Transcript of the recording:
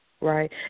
Right